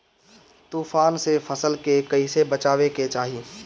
तुफान से फसल के कइसे बचावे के चाहीं?